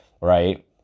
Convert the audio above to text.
right